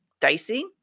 dicey